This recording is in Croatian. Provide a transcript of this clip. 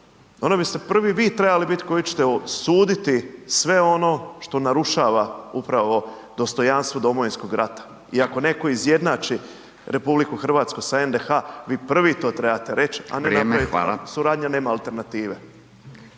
onda biste prvi vi trebali bit koji ćete osuditi sve ono što narušava upravo dostojanstvo Domovinskog rata i ako neko izjednači RH sa NDH vi prvi to trebate reći …/Upadica: Vrijeme,